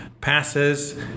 passes